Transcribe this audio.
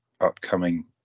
upcoming